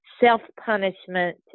self-punishment